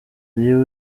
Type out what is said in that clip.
dieu